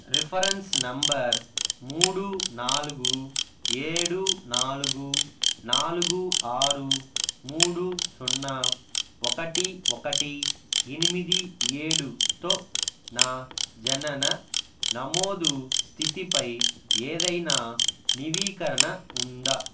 reference number మూడు నాలుగు ఏడు నాలుగు నాలుగు ఆరు మూడు సున్నా ఒకటి ఒకటి ఎనిమిది ఏడుతో నా జనన నమోదు స్థితిపై ఏదైనా నవీకరణ ఉందా